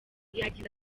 yagize